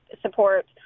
support